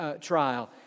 trial